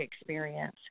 experience